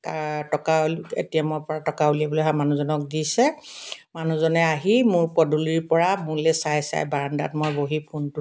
তাৰ টকা হ'ল এ টি এমৰ পৰা টকা উলিয়াবলৈ অহা মানুহজনক দিছে মানুহজনে আহি মোৰ পদূলিৰ পৰা মোলৈ চাই চাই বাৰাণ্ডাত মই বহি ফোনটোত কথা পাতি আছোঁ